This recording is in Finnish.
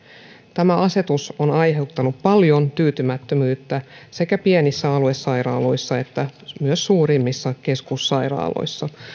tämä asetus on aiheuttanut paljon tyytymättömyyttä sekä pienissä aluesairaaloissa että myös suurimmissa keskussairaaloissa